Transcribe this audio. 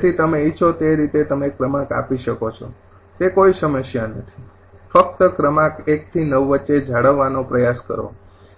તેથી તમે ઇચ્છો તે રીતે તમે ક્રમાંક આપી શકો છો તે કોઈ સમસ્યા નથી ફક્ત ક્રમાંક ૧ થી ૯ વચ્ચે જાળવવાનો પ્રયાસ કરો